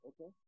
okay